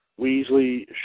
Weasley